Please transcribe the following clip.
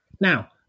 now